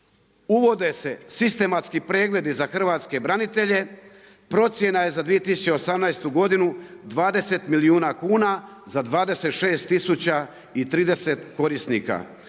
Uvode se sistematski pregledi za hrvatske branitelje, procjena je za 2018. godinu 20 milijuna kuna za 26.030 korisnika.